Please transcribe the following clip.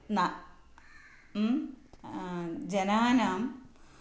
न ह्म् जनानां